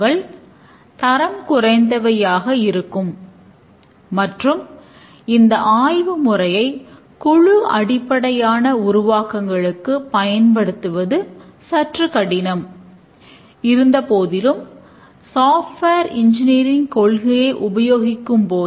கட்டமைக்கப்பட்ட பகுப்பாய்வு மற்றும் கட்டமைக்கப்பட்ட வடிவமைப்பு உத்தி டெவலப்பர்களால் முறையை உபயோகிப்பார்கள்